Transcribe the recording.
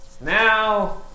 Now